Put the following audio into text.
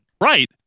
Right